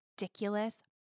ridiculous